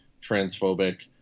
transphobic